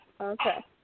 Okay